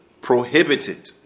prohibited